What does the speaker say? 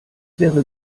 wäre